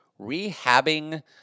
Rehabbing